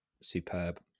superb